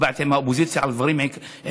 הצבעתי עם האופוזיציה על דברים עקרוניים,